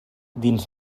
dins